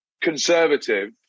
conservative